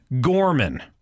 Gorman